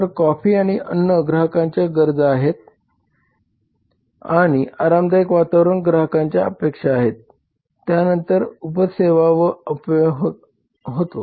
तर कॉफी आणि अन्न ग्राहकांच्या गरजा आहेत आणि आरामदायक वातावरण ग्राहकांच्या अपेक्षा आहेत त्यानंतर उप सेवा व अपव्यय आहे